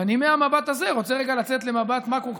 ואני מהמבט הזה רוצה רגע לצאת למבט מקרו,